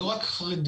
לא רק החרדים,